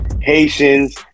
Haitians